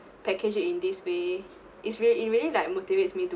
package it in this way is really it really like motivates me to